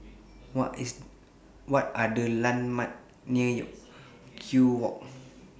What Are The landmarks near Kew Walk